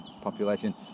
population